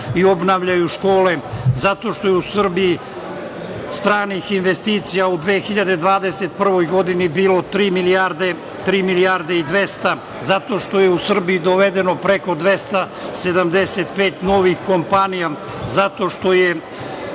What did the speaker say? i obnavljaju škole. Zatim, zato što je u Srbiji stranih investicija u 2021. godini bilo tri milijarde i 200, zato što je u Srbiji dovedeno preko 275 novih kompanija, zato što je